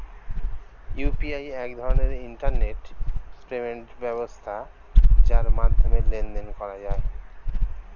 UPI এক ধরনের internet payment ব্যবস্থা যার মাধ্যমে লেনদেন করা যায়